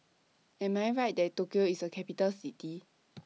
Am I Right that Tokyo IS A Capital City